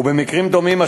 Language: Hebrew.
וממקרים דומים,